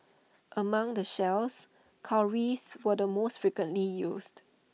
among the shells cowries were the most frequently used